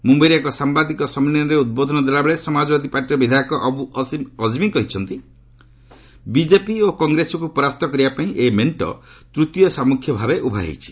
ମୁମ୍ୟାଇରେ ଏକ ସାମ୍ଭାଦିକ ସମ୍ମିଳନୀରେ ଉଦ୍ବୋଧନ ଦେଲାବେଳେ ସମାଜବାଦୀ ପାର୍ଟିର ବିଧାୟକ ଅବ୍ର ଅସିମ୍ ଅଜ୍ମି କହିଛନ୍ତି ବିଜେପି ଓ କଂଗ୍ରେସକୁ ପରାସ୍ତ କରିବା ପାଇଁ ଏହି ମେଣ୍ଟ ତୂତୀୟ ସାମ୍ରଖ୍ୟ ଭାବେ ଉଭା ହୋଇଛି